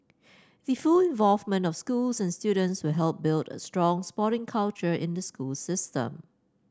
the full involvement of schools and students will help build a strong sporting culture in the school system